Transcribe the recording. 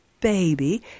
baby